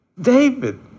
David